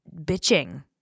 bitching